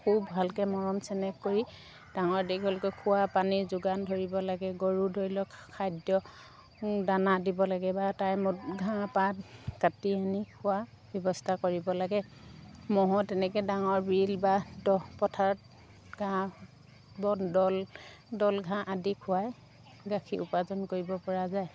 খুব ভালকৈ মৰম চেনেহ কৰি ডাঙৰ দীঘলকৈ খোৱাপানী যোগান ধৰিব লাগে গৰু ধৰি লওক খাদ্য দানা দিব লাগে বা টাইমত ঘাঁহ পাত কাটি আনি খোৱা ব্যৱস্থা কৰিব লাগে ম'হ তেনেকৈ ডাঙৰ বিল বা দ পথাৰত ঘাঁহ বন দল দল ঘাঁহ আদি খুৱাই গাখীৰ উপাৰ্জন কৰিব পৰা যায়